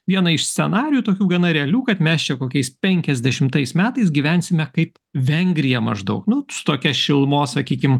vieną iš scenarijų tokių gana realių kad mes čia kokiais penkiasdešimtais metais gyvensime kaip vengrija maždaug nu su tokia šilumos sakykim